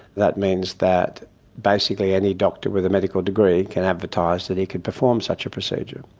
that means that basically any doctor with a medical degree can advertise that he could perform such a procedure.